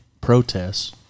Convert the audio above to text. protests